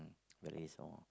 very some more